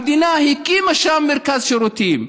המדינה הקימה שם מרכז שירותים,